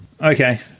Okay